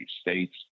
states